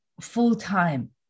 full-time